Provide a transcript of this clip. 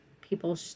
people